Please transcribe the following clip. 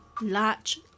large